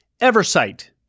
Eversight